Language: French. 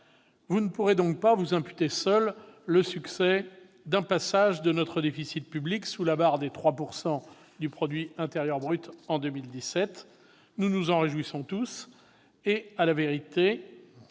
Vous ne pouvez donc pas revendiquer le mérite exclusif du passage de notre déficit public sous la barre des 3 % du PIB en 2017. Nous nous en réjouissons tous, mais la vérité